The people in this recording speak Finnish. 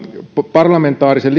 parlamentaarisen